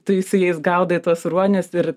tai su jais gaudai tuos ruonius ir